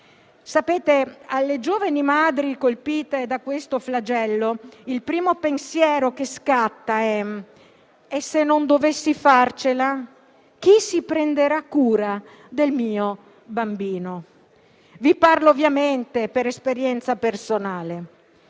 scatta alle giovani madri colpite da questo flagello è il seguente: se non dovessi farcela, chi si prenderà cura del mio bambino? Vi parlo ovviamente per esperienza personale.